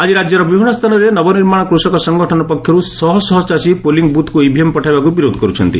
ଆଜି ରାଜ୍ୟର ବିଭିନୁ ସ୍ତାନରେ ନବନିର୍ମାଣ କୃଷକ ସଂଗଠନ ପକ୍ଷରୁ ଶହଶହ ଚାଷୀ ପୋଲିଂ ବୁଥ୍କୁ ଇଭିଏମ୍ ପଠାଇବାକୁ ବିରୋଧ କରୁଛନ୍ତି